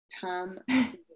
Tom